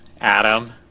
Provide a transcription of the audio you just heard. Adam